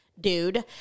dude